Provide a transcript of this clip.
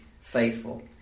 faithful